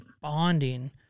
bonding